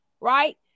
right